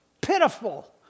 pitiful